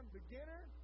beginner